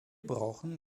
brauchen